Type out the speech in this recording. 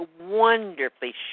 wonderfully